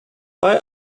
why